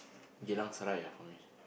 Geylang Serai for me